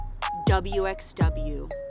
WXW